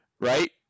right